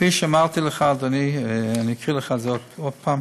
כפי שאמרתי לך, אדוני, אקריא לך את זה עוד פעם: